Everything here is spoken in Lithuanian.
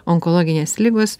onkologinės ligos